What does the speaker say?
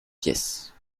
pièces